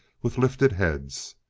with lifted heads.